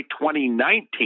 2019